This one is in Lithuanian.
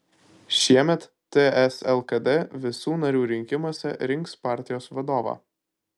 šiemet ts lkd visų narių rinkimuose rinks partijos vadovą